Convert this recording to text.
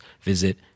visit